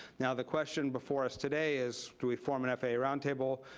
now, the question before us today is, do we form an faa roundtable?